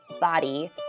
body